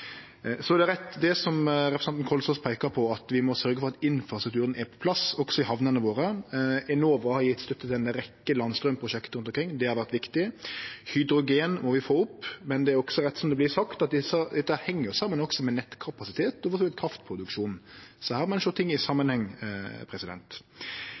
Så er det rett, det som representanten Kalsås peikar på, at vi må sørgje for at infrastrukturen er på plass også i hamnene våre. Enova har gjeve støtte til ei rekkje landstrømprosjekt rundt omkring. Det har vore viktig. Hydrogen må vi få opp, men det er rett som det vert sagt, at dette også heng saman med nettkapasitet og for så vidt kraftproduksjon, så her må ein sjå ting i